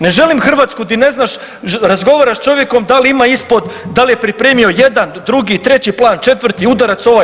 Ne želim Hrvatsku gdje ne znaš, razgovaraš s čovjekom da li ima ispod, da li je pripremio jedan, drugi, treći plan, četvrti udarac ovaj.